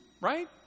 right